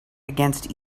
against